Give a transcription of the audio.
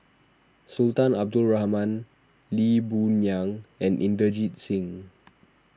Sultan Abdul Rahman Lee Boon Yang and Inderjit Singh